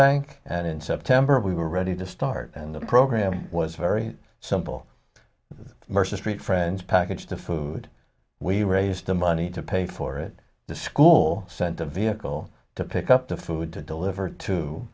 bank and in september we were ready to start and the program was very simple marshall street friends package the food we raised the money to pay for it the school sent a vehicle to pick up the food to deliver to t